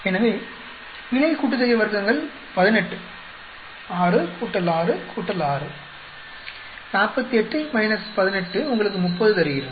எனவே பிழை கூட்டுத்தொகை வர்க்கங்கள் 18 6 6 கூட்டல் 6 48 18 உங்களுக்கு 30 தருகிறது